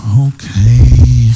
okay